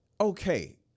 okay